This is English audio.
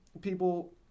people